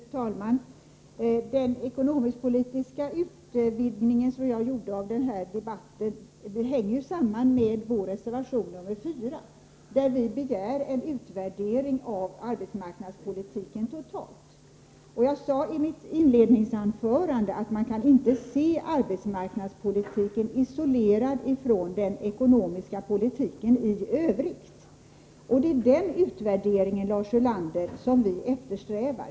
Fru talman! Den ekonomisk-politiska utvidgningen som jag gjorde i debatten hänger samman med vår reservation 4. Där begär vi en utvärdering av arbetsmarknadspolitiken totalt. I mitt inledningsanförande sade jag att man inte kan se arbetsmarknadspolitiken isolerad från den ekonomiska politiken i övrigt. Det är den utvärderingen vi eftersträvar, Lars Ulander.